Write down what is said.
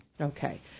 okay